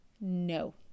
no